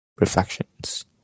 Reflections